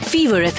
Fever